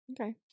Okay